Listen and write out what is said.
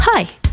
Hi